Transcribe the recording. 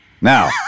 Now